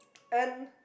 and